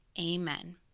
amen